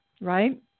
right